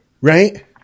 right